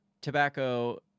tobacco